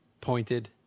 pointed